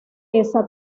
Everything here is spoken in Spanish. esa